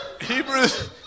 Hebrews